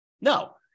No